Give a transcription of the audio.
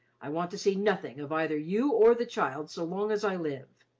i want to see nothing of either you or the child so long as i live.